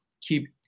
keep